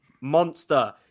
Monster